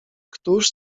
któż